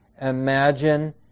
imagine